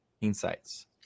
insights